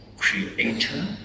creator